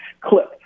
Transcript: clip